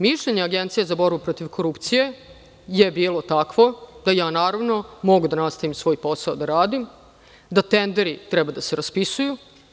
Mišljenje Agencije za borbu protiv korupcije je bilo takvo da ja, naravno, mogu da nastavim svoj posao da radim, da tenderi treba da se raspisuju.